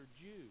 Jew